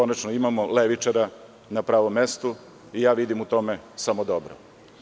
Konačno imamo levičara na pravom mestu i ja vidim u tome samo dobro.